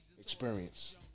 experience